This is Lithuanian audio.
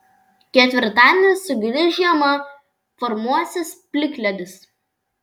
ketvirtadienį sugrįš žiema formuosis plikledis